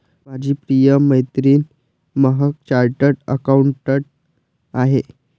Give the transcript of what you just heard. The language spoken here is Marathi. माझी प्रिय मैत्रीण महक चार्टर्ड अकाउंटंट आहे